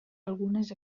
algunes